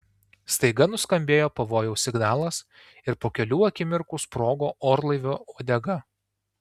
staiga nuskambėjo pavojaus signalas ir po kelių akimirkų sprogo orlaivio uodega